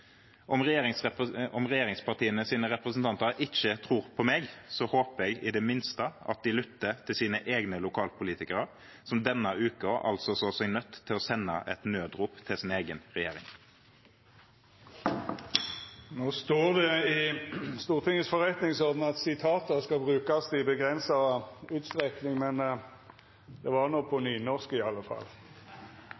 Om regjeringspartienes representanter ikke tror på meg, håper jeg i det minste at de lytter til sine egne lokalpolitikere, som denne uken altså så seg nødt til å sende et nødrop til sin egen regjering. Det står i Stortingets forretningsorden at sitat skal brukast i avgrensa utstrekning, men det var i alle fall på